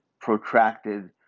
protracted